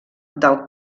del